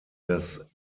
das